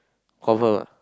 confirm